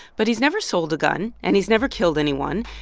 but he's never sold a gun, and he's never killed anyone.